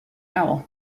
owl